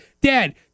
dad